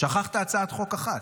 שכחת הצעת חוק אחת.